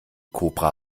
kobra